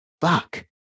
fuck